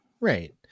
Right